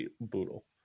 Boodle